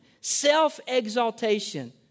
self-exaltation